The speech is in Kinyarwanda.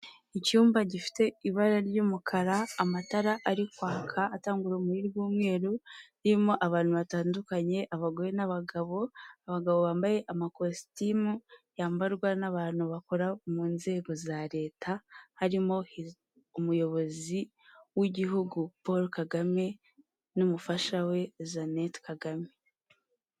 Icyumba gifite ibara ry'umukara, amatara ari kwaka atanga urumuri rw'umweru, ririmo abantu batandukanye, abagore n'abagabo, abagabo bambaye amakositimu yambarwa n'abantu bakora mu nzego za leta, harimo umuyobozi w'igihugu Polo Kagame n'umufasha we Janete Kagame.